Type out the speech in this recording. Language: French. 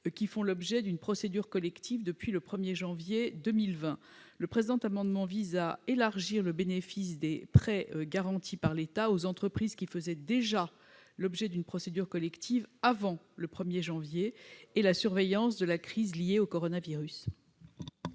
qui font l'objet d'une procédure collective depuis le 1 janvier 2020. Le présent amendement vise à élargir le bénéfice du PGE aux entreprises qui faisaient déjà l'objet d'une procédure collective avant le 1 janvier 2020 et la survenance de la crise liée au coronavirus.